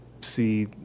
see